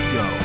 go